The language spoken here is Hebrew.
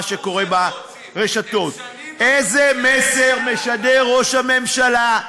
הרגתם את שר הביטחון הזה.